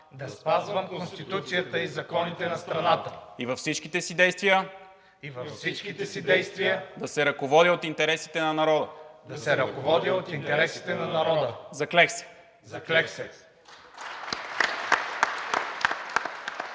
да спазвам Конституцията и законите на страната и във всичките си действия да се ръководя от интересите на народа. Заклех се!“